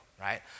right